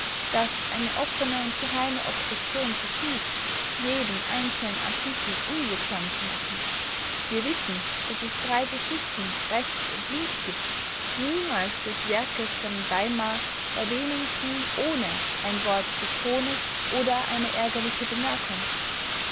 daß eine offene und geheime obstruktion versucht jeden einzelnen artikel unwirksam zu machen wir wissen daß es breite schichten rechts und links gibt die niemals des werkes von weimar erwähnung tun ohne ein wort des hohnes oder eine ärgerliche bemerkung